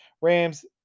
Rams